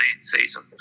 season